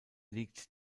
liegt